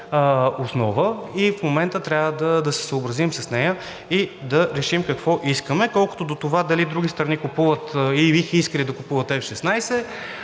и в момента трябва да се съобразим с нея и да решим какво искаме. Колкото до това дали други страни купуват и